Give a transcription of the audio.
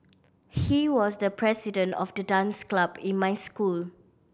he was the president of the dance club in my school